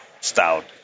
stout